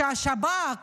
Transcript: שהשב"כ